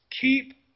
keep